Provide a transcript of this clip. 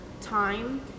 time